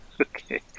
Okay